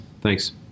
thanks